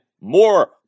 more